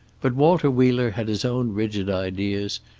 but walter wheeler had his own rigid ideas,